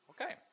okay